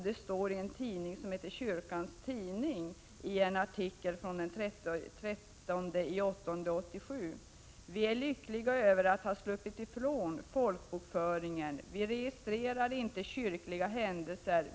I en artikel i Kyrkans tidning från den 13 augusti 1987 står: ”Vi är lyckliga över att ha sluppit ifrån folkbokföringen. Vi registrerar inte kyrkliga händelser.